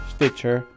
Stitcher